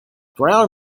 browne